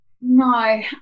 no